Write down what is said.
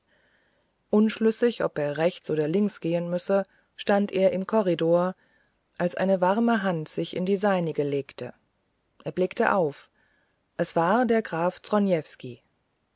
unschlüssig ob er rechts oder links gehen müsse stand er im korridor als eine warme hand sich in die seinige legte er blickte auf es war der graf